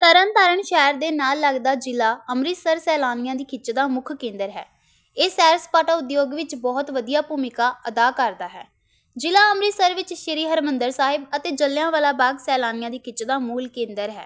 ਤਰਨਤਾਰਨ ਸ਼ਹਿਰ ਦੇ ਨਾਲ ਲੱਗਦਾ ਜ਼ਿਲ੍ਹਾ ਅੰਮ੍ਰਿਤਸਰ ਸੈਲਾਨੀਆਂ ਦੀ ਖਿੱਚ ਦਾ ਮੁੱਖ ਕੇਂਦਰ ਹੈ ਇਹ ਸੈਰ ਸਪਾਟਾ ਉਦਯੋਗ ਵਿੱਚ ਬਹੁਤ ਵਧੀਆ ਭੂਮਿਕਾ ਅਦਾ ਕਰਦਾ ਹੈ ਜ਼ਿਲ੍ਹਾ ਅੰਮ੍ਰਿਤਸਰ ਵਿੱਚ ਸ਼੍ਰੀ ਹਰਿਮੰਦਰ ਸਾਹਿਬ ਅਤੇ ਜਲ੍ਹਿਆਂਵਾਲਾ ਬਾਗ ਸੈਲਾਨੀਆਂ ਦੀ ਖਿੱਚ ਦਾ ਮੂਲ ਕੇਂਦਰ ਹੈ